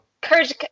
courage